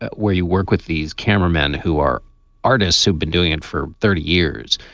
where you work with these cameramen who are artists who've been doing it for thirty years,